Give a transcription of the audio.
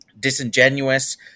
disingenuous